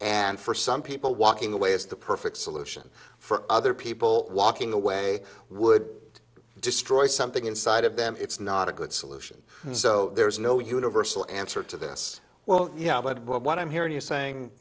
and for some people walking away is the perfect solution for other people walking away would destroy something inside of them it's not a good solution so there's no universal answer to this well yeah but what i'm hearing you saying